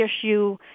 issue